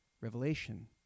revelation